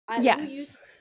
yes